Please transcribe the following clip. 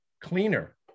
cleaner